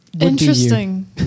Interesting